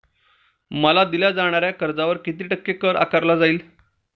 मला दिल्या जाणाऱ्या कर्जावर किती टक्के कर आकारला जाईल?